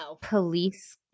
police –